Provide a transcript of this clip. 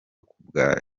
kubwa